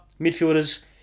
Midfielders